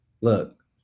Look